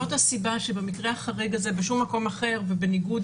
זו הסיבה שבמקרה החריג הזה בשום מקום אחר ובניגוד